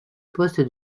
poste